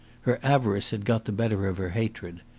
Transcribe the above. her avarice had got the better of her hatred.